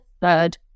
third